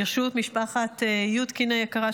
ברשות משפחת יודקין היקרה,